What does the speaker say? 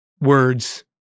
words